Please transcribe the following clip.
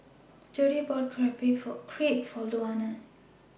Jere bought Crepe For Luana